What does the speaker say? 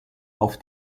auf